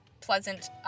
pleasant